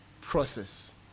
process